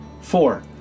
Four